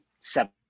seven